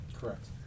Correct